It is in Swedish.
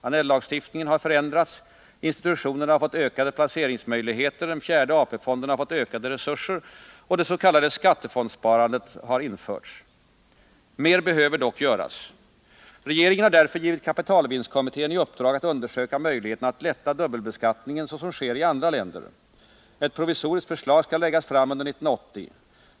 Annellagstiftningen har förändrats, institutionerna har fått ökade placeringsmöjligheter, den fjärde AP-fonden har fått ökade resurser och det s.k. skattefondsparandet har införts. Mer behöver dock göras. Regeringen har därför givit kapitalvinstkommittén i uppdrag att undersöka möjligheterna att lätta dubbelbeskattningen så som sker i andra länder. Ett provisoriskt förslag skall läggas fram under 1980.